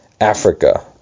Africa